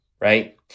right